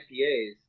IPAs